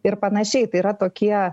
ir panašiai tai yra tokie